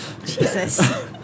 Jesus